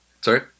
Sorry